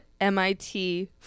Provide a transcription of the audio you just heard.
mit